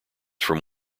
from